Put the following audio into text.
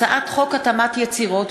הצעת חוק התאמת יצירות,